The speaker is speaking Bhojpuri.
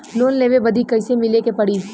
लोन लेवे बदी कैसे मिले के पड़ी?